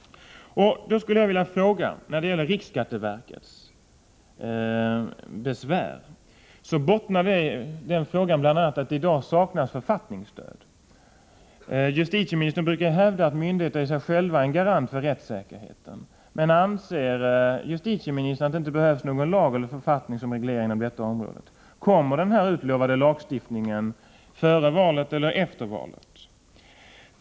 Frågan om riksskatteverkets besvär bottnar bl.a. i att det i dag saknas författningsstöd. Justitieministern brukar hävda att myndigheter i sig själva är garanter för rättssäkerheten. Anser justitieministern att det inte behövs någon lag eller författning som reglering inom detta område? Kommer den utlovade lagstiftningen före valet eller efter valet?